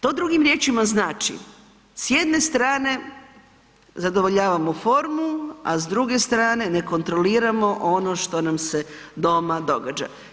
To drugim riječima znači, s jedne strane zadovoljavamo formu a s druge strane ne kontroliramo ono što nam se doma događa.